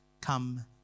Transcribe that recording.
come